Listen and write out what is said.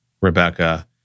Rebecca